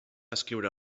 escriure